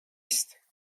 است